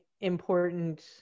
important